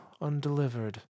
undelivered